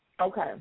Okay